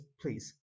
please